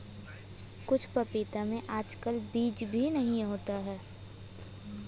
कुछ पपीतों में आजकल बीज भी नहीं आते हैं